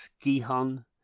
Gihon